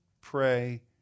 pray